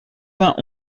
vingt